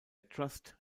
trust